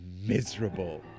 miserable